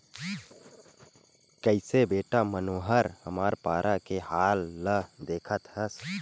कइसे बेटा मनोहर हमर पारा के हाल ल देखत हस